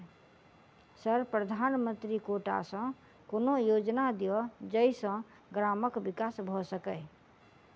Sir प्रधानमंत्री कोटा सऽ कोनो योजना दिय जै सऽ ग्रामक विकास भऽ सकै?